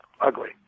ugly